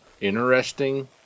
interesting